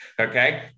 okay